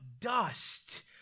dust